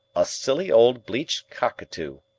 a silly old bleached cockatoo,